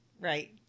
Right